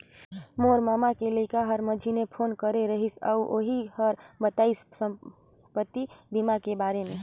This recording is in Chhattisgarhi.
मोर ममा के लइका हर मंझिन्हा फोन करे रहिस अउ ओही हर बताइस संपति बीमा के बारे मे